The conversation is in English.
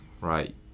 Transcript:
right